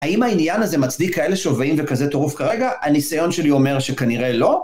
האם העניין הזה מצדיק כאלה שווים וכזה טרוף כרגע? הניסיון שלי אומר שכנראה לא.